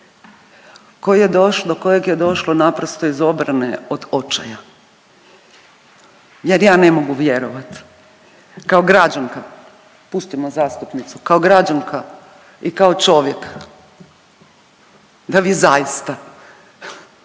kojeg je došlo naprosto iz obrane od očaja jer ja ne mogu vjerovati kao građanka, pustimo zastupnicu, kao građanka i kao čovjek da vi zaista